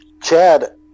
Chad